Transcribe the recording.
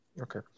Okay